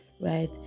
right